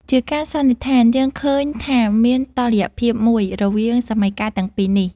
ជាការសន្និដ្ឋាន យើងឃើញថាមានតុល្យភាពមួយរវាងសម័យកាលទាំងពីរនេះ។